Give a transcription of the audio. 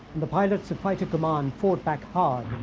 the pilots of fighter command fought back hard